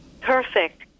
Perfect